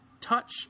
touch